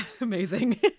Amazing